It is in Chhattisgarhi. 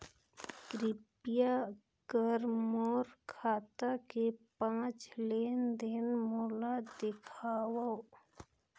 कृपया कर मोर खाता के पांच लेन देन मोला दिखावव